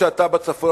אף-על-פי שאתה בצפון,